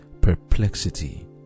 perplexity